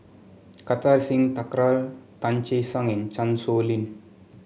Kartar Singh Thakral Tan Che Sang and Chan Sow Lin